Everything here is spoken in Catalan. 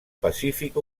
pacífic